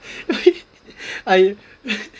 I